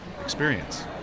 experience